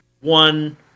one